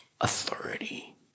authority